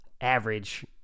average